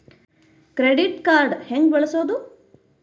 Credit card ಹೆಂಗ ಬಳಸೋದು?